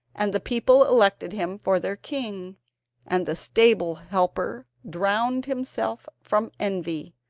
and the people elected him for their king and the stable helper drowned himself from envy,